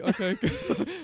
Okay